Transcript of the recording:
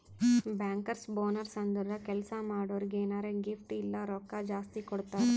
bankers bonus ಅಂದುರ್ ಕೆಲ್ಸಾ ಮಾಡೋರಿಗ್ ಎನಾರೇ ಗಿಫ್ಟ್ ಇಲ್ಲ ರೊಕ್ಕಾ ಜಾಸ್ತಿ ಕೊಡ್ತಾರ್